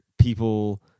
people